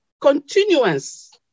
continuance